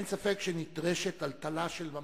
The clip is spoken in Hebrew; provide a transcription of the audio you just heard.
אין ספק שנדרשת טלטלה של ממש.